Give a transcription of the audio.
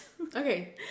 Okay